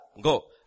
go